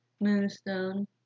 Moonstone